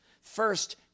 First